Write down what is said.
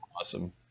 awesome